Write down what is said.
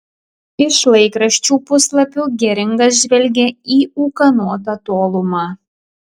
iš laikraščių puslapių geringas žvelgė į ūkanotą tolumą